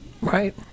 Right